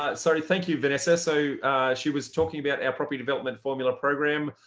ah sort of thank you, vanessa. so she was talking about our property development formula program,